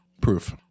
proof